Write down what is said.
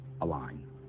align